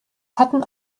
hatten